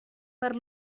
per